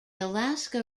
alaska